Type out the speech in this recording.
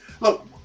look